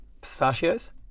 pistachios